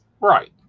right